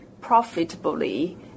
profitably